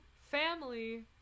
family